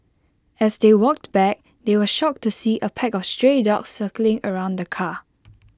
as they walked back they were shocked to see A pack of stray dogs circling around the car